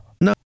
No